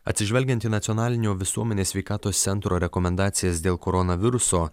atsižvelgiant į nacionalinio visuomenės sveikatos centro rekomendacijas dėl koronaviruso